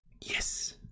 Yes